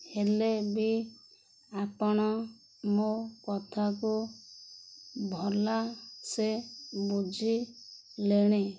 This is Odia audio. ହେଲେ ବି ଆପଣ ମୋ କଥାକୁ ଭଲ ସେ ବୁଝିଲେଣି